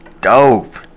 dope